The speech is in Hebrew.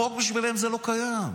החוק בשבילם לא קיים,